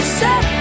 set